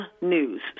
news